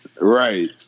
Right